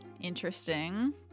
Interesting